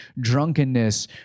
drunkenness